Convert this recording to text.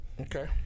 Okay